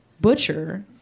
butcher